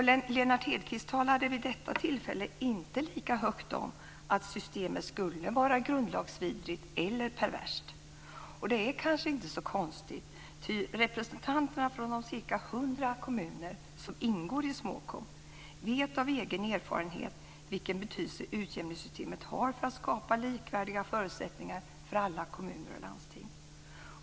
Lennart Hedquist talade vid detta tillfälle inte lika högt om att systemet skulle vara grundlagsvidrigt eller perverst. Och det är kanske inte så konstigt, ty representanterna från de cirka hundra kommuner som ingår i SMÅKOM vet av egen erfarenhet vilken betydelse utjämningssystemet har för att skapa likvärdiga förutsättningar för alla kommuner och landsting.